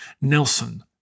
Nelson